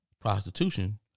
prostitution